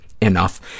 enough